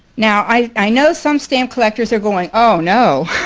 now i know some stamp collectors are going, oh, no!